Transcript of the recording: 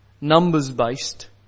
numbers-based